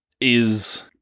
is-